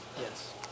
Yes